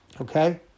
okay